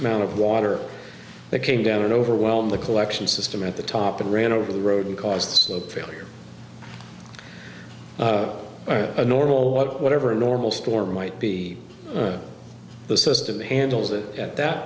amount of water that came down and overwhelm the collection system at the top and ran over the road the cost of failure a normal whatever normal store might be the system handles it at that